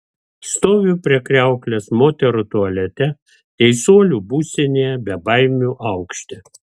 stoviu prie kriauklės moterų tualete teisuolių būstinėje bebaimių aukšte